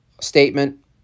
statement